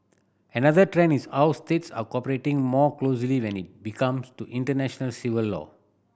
another trend is how states are cooperating more closely when it becomes to international civil law